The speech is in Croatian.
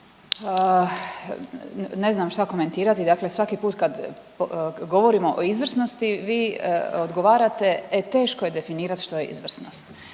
ne znam šta komentirati, dakle svaki put kad govorimo o izvrsnosti vi odgovarate, e teško je definirati što je izvrsnost.